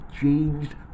changed